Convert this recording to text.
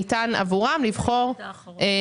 ניתן עבורם לבחור כל בחירה.